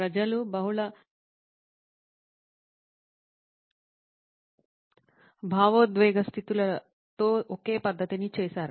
ప్రజలు బహుళ భావోద్వేగ స్థితులతో ఒకే పద్ధతిని చేశారు